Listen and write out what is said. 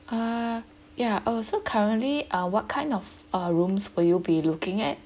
uh ya oh so currently uh what kind of uh rooms will you be looking at